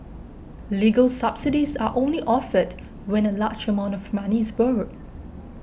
legal subsidies are only offered when a large amount of money is borrowed